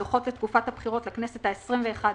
את הדוחות לתקופת הבחירות לכנסת ה-21 וה-22